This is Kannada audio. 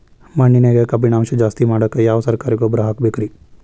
ಮಣ್ಣಿನ್ಯಾಗ ಕಬ್ಬಿಣಾಂಶ ಜಾಸ್ತಿ ಮಾಡಾಕ ಯಾವ ಸರಕಾರಿ ಗೊಬ್ಬರ ಹಾಕಬೇಕು ರಿ?